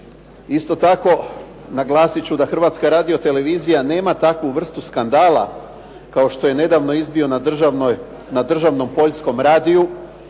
Isto tako naglasit ću da Hrvatska radio-televizija nema takvu vrstu skandala, kao što je nedavno izbio na državnom Poljskom radiju,